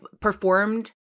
performed